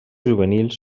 juvenils